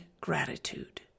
gratitude